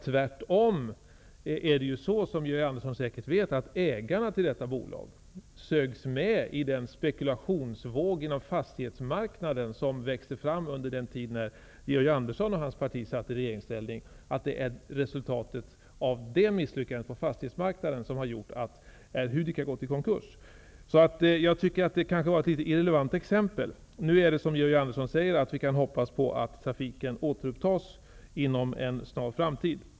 Tvärtom, är det ju så, som Georg Andersson säkert vet, att ägarna till detta bolag sögs med i den spekulationsvåg inom fastighetsmarknaden som växte fram under den tid när Georg Andersson och hans parti satt i regeringen. Det är resultatet av misslyckandet på fastighetsmarknaden som har inneburit att Air Hudik AB har gått i konkurs. Det var kanske ett något irrelevant exempel. Som Georg Andersson säger kan vi nu hoppas på att trafiken återupptas inom en snar framtid.